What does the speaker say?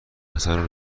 حسن